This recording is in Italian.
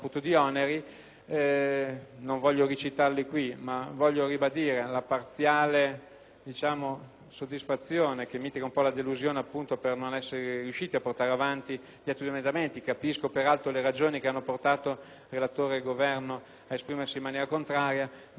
Non voglio recitarli ora ma voglio solo sottolineare la nostra parziale soddisfazione che in parte mitiga la delusione per non essere riusciti a portare avanti gli altri emendamenti. Capisco, peraltro, le ragioni che hanno portato il relatore ed il Governo ad esprimersi in maniera contraria, ma ribadisco